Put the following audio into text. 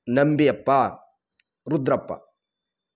நம்பி அப்பா ருத்ரப்பா